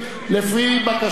מה קרה?